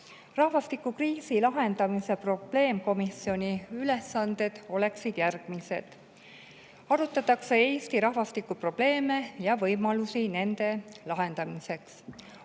Rahvastikukriisi lahendamise probleemkomisjoni ülesanded oleksid järgmised: arutada Eesti rahvastikuprobleeme ja võimalusi nende lahendamiseks;